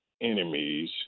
enemies